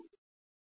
നമസ്തേ